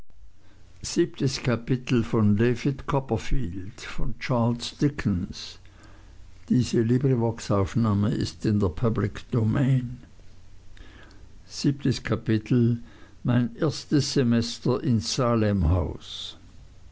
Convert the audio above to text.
mein erstes semester in salemhaus